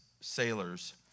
sailors